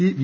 C V